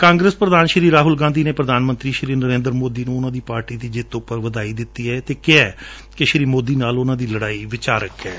ਕਾਂਗਰਸ ਪ੍ਰਧਾਨ ਰਾਹੁਲ ਗਾਂਧੀ ਨੇ ਪ੍ਰਧਾਨ ਮੰਤਰੀ ਨਰੇਂਦਰ ਮੋਦੀ ਨੂੰ ਉਨੂਂ ਦੀ ਪਾਰਟੀ ਦੀ ਜਿੱਤ ਉਪਰ ਵਧਾਈ ਦਿੱਤੀ ਏ ਅਤੇ ਕਿਹੈ ਕਿ ਸ੍ਰੀ ਮੋਦੀ ਨਾਲ ਉਨੂਾ ਦੀ ਲੜਾਈ ਵਿਚਾਰਕ ਏ